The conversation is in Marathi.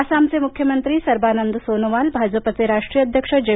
आसामचे मुख्यमंत्री सर्बानंद सोनोवाल भाजपचे राष्ट्रीय अध्यक्ष जे